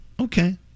Okay